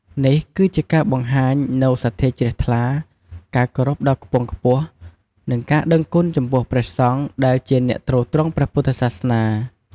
នេះគឺជាការបង្ហាញនូវសទ្ធាជ្រះថ្លា ការគោរពដ៏ខ្ពង់ខ្ពស់ និងការដឹងគុណចំពោះព្រះសង្ឃ ដែលជាអ្នកទ្រទ្រង់ព្រះពុទ្ធសាសនា។